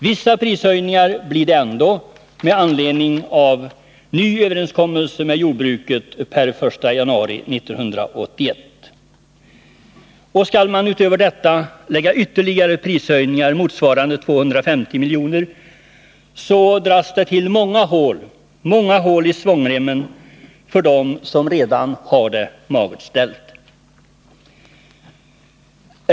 Vissa prishöjningar blir det ändå med anledning av ny överenskommelse med jordbruket per den 1 januari 1981. Skall man till detta lägga ytterligare prishöjningar motsvarande 250 miljoner, dras det till många hål i svångremmen för dem som redan har det magert ställt.